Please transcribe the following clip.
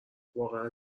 واقعن